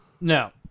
No